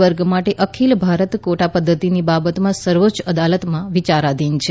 વર્ગ માટે અખિલ ભારત ક્વોટા પદ્ધતિની બાબત સર્વોચ્ય અદાલતમાં વિયારાધીન છે